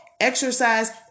Exercise